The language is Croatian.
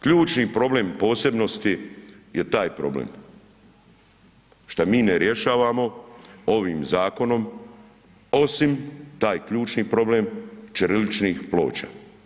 Ključni problem posebnosti je taj problem šta mi ne rješavamo ovim zakonom osim taj ključni problem ćiriličnih ploča.